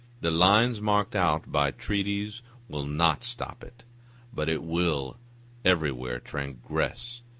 the lines marked out by treaties will not stop it but it will everywhere transgress